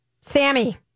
Sammy